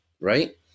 right